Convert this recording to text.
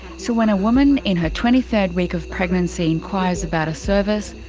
so when a woman in her twenty third week of pregnancy enquires about a service,